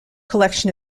collection